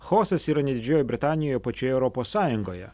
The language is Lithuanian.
chaosas yra ne didžiojoj britanijoj o pačioje europos sąjungoje